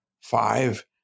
five